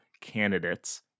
candidates